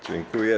Dziękuję.